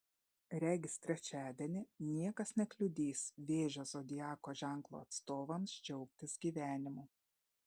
regis trečiadienį niekas nekliudys vėžio zodiako ženklo atstovams džiaugtis gyvenimu